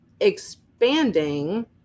expanding